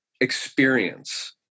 experience